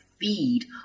feed